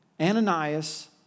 Ananias